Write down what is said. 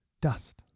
Dust